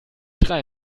drei